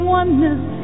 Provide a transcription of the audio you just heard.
oneness